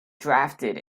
drafted